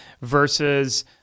versus